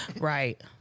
Right